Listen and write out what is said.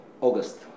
August